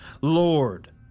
Lord